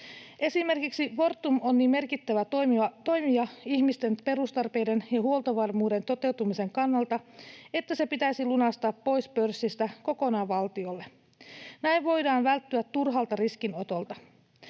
Esimerkiksi Fortum on niin merkittävä toimija ihmisten perustarpeiden ja huoltovarmuuden toteutumisen kannalta, että se pitäisi lunastaa pois pörssistä kokonaan valtiolle. Näin voidaan välttyä turhalta riskinotolta.